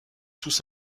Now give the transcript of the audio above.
tous